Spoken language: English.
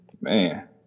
man